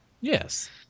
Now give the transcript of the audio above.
yes